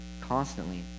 constantly